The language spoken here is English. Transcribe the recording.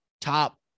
top